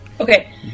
Okay